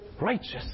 righteous